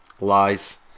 lies